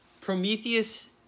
Prometheus